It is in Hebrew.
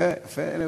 יפה, יפה.